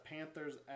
Panthers